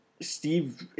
Steve